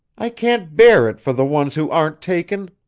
i can't bear it for the ones who aren't taken,